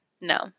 no